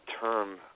term